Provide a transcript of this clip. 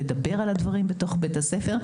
לדבר על הדברים בתוך בית הספר.